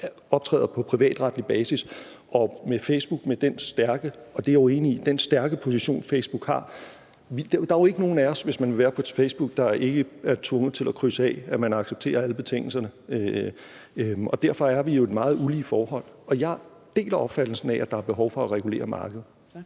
optræder på privatretlig basis. Med den stærke position – og det er jeg jo enig i – Facebook har, er der jo ikke nogen af os, hvis vi vil være på Facebook, der ikke er tvunget til at krydse af, at man accepterer alle betingelserne. Derfor er vi jo i meget ulige forhold. Og jeg deler opfattelsen af, at der er behov for at regulere markedet.